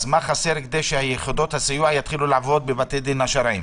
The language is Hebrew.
אז מה חסר כדי שיחידות הסיוע יתחילו לעבוד בבתי הדין השרעיים?